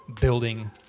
building